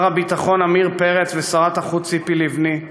שר הביטחון עמיר פרץ ושרת החוץ ציפי לבני,